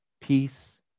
Peace